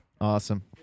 Awesome